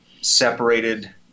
separated